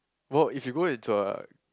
well if you go into a